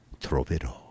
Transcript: Troverò